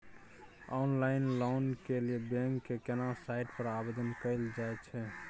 Online loan के लिए bank के केना साइट पर आवेदन कैल जाए छै?